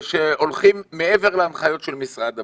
שהולכים מעבר להנחיות של משרד הבריאות.